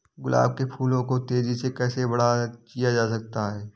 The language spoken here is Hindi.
गुलाब के फूलों को तेजी से कैसे बड़ा किया जा सकता है?